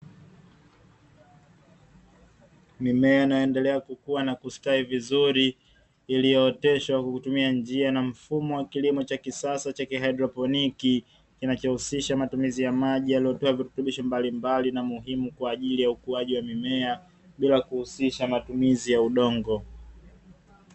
Mimea inaendelea kukua na kustawi vizuri iliyooteshwa kwa kutumia mfumo wa kilimo cha kisasa cha haidroponi kinachohusisha matumizi ya maji yanayotoa virutubisho mbalimbali, kwa ajili ya ukuaji wa mimea bila kuhusisha matumizi ya udongo.